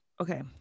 okay